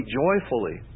joyfully